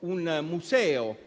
- un museo